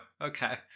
okay